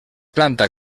planta